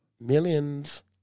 millions